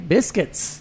Biscuits